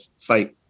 fight